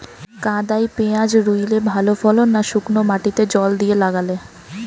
কাদায় পেঁয়াজ রুইলে ভালো ফলন না শুক্নো মাটিতে জল দিয়ে লাগালে?